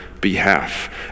behalf